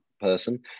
person